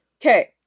Okay